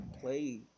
play